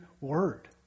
word